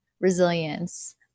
resilience